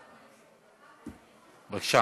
בבקשה.